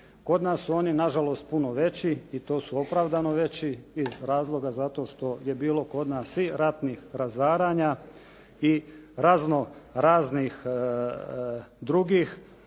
Kod nas su oni nažalost puno veći i to su opravdano veći iz razloga zato što je bilo kod nas i ratnih razaranja i razno raznih drugih